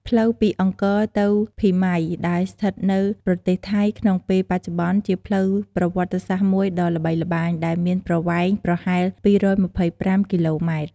ផ្លូវពីអង្គរទៅភីម៉ៃ ដែលស្ថិតនៅប្រទេសថៃក្នុងពេលបច្ចុប្បន្ន ជាផ្លូវប្រវត្តិសាស្រ្តមួយដ៏ល្បីល្បាញ ដែលមានប្រវែងប្រហែល ២២៥ គីឡូម៉ែត្រ។